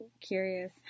curious